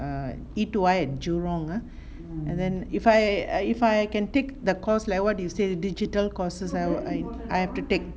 err E two I at jurong ah and then if I err if I can take the course like what you say the digital courses I will I have to take